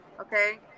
Okay